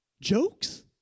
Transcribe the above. jokes